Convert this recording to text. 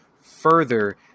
further